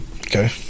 Okay